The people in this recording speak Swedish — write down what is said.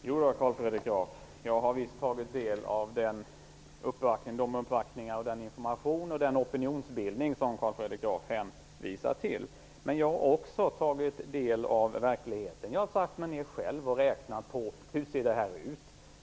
Fru talman! Jag har visst tagit del av de uppvaktningar, den information och den opinionsbildning som Carl Fredrik Graf hänvisar till. Men jag har också tagit del av verkligheten. Jag har satt mig ner själv och räknat på hur det här ser ut.